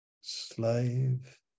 slave